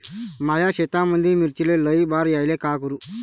माया शेतामंदी मिर्चीले लई बार यायले का करू?